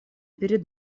перед